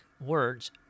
words